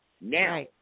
Now